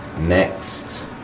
next